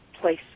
place